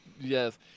Yes